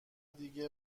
دیگه